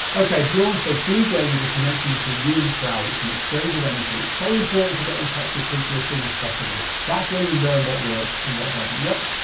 okay, bjorn says djing is a connection between you and the crowd. it's an exchange of energy. it's so important to get in touch with people as soon as possible. that's where you learn what works and what doesn't. yep,